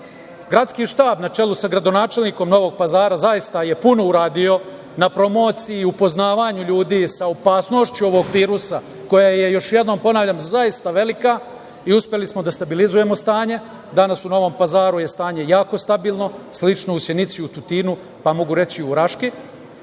stvar. Gradski štab, na čelu sa gradonačelnikom Novog Pazara, zaista je puno uradio na promociji i upoznavanju ljudi sa opasnošću ovog virusa, koja je, još jednom ponavljam, zaista velika i uspeli smo da stabilizujemo stanje. Danas u Novom Pazaru je stanje jako stabilno, slično je i u Sjenici, u Tutinu, pa mogu reći i u Raškoj.